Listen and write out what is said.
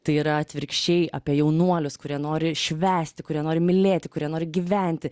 tai yra atvirkščiai apie jaunuolius kurie nori švęsti kurie nori mylėti kurie nori gyventi